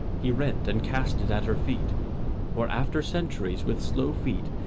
he rent and cast it at her feet where, after centuries, with slow feet,